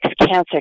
cancer